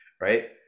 right